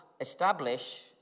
establish